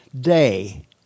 day